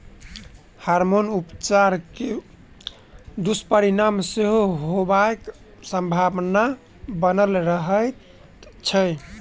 hormone उपचार के दुष्परिणाम सेहो होयबाक संभावना बनल रहैत छै